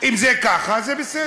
אם זה ככה, זה בסדר.